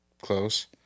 close